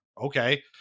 Okay